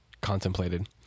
contemplated